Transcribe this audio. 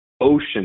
ocean